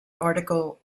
article